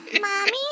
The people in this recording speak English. Mommy